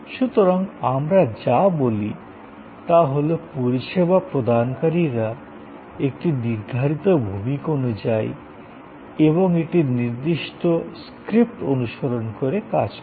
সুতরাং আমরা যা বলি তা হল পরিষেবা প্রদানকারীরা একটি নির্ধারিত ভূমিকা অনুযায়ী এবং একটি নির্দিষ্ট স্ক্রিপ্ট অনুসরণ করে কাজ করে